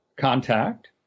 contact